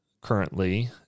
currently